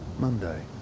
Monday